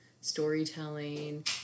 storytelling